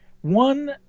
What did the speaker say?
One